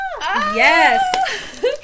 Yes